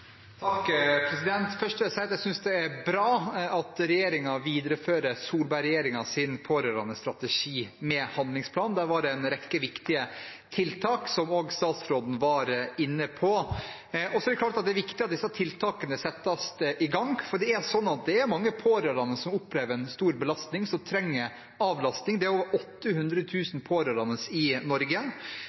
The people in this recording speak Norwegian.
Først vil jeg si at jeg synes det er bra at regjeringen viderefører Solberg-regjeringens pårørendestrategi med handlingsplan. Der var det en rekke viktige tiltak som også statsråden var inne på. Det er viktig at disse tiltakene settes i gang, for det er mange pårørende som opplever en stor belastning, og som trenger avlasting. Det er 800 000 pårørende i Norge.